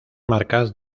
marcas